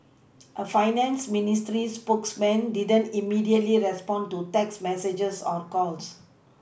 a finance ministry spokesperson didn't immediately respond to text messages or calls